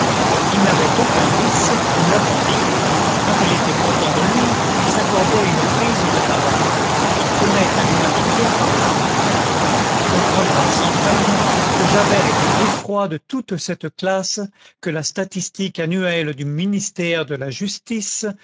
il n'avait aucun vice nous l'avons dit quand il était content de lui il s'accordait une prise de tabac il tenait à l'humanité par là on comprendra sans peine que javert était l'effroi de toute cette classe que la statistique annuelle du ministère de la justice